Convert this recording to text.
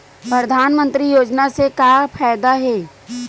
परधानमंतरी योजना से का फ़ायदा हे?